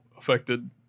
affected